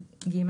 (ג)